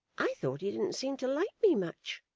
i thought he didn't seem to like me much